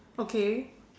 okay